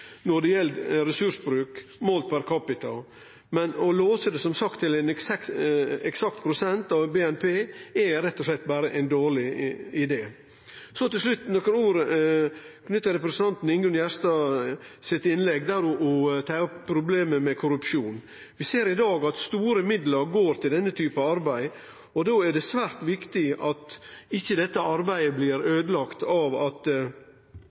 når det gjeld ressursbruk målt per capita, men å låse det til ein eksakt prosent av BNI er rett og slett ein dårleg idé. Til slutt nokre ord knytte til representanten Ingunn Gjerstad sitt innlegg, der ho tar opp problemet med korrupsjon: Vi ser i dag at store midlar går til denne typen arbeid, og då er det svært viktig at dette arbeidet ikkje blir øydelagt av at